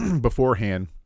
beforehand